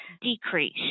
decrease